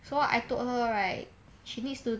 so I told her right she needs to